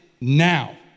now